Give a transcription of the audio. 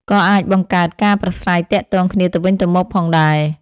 ក៏អាចបង្កើតការប្រាស្រ័យទាក់ទងគ្នាទៅវិញទៅមកផងដែរ។